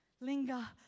Linger